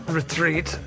retreat